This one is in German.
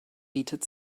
bietet